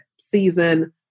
season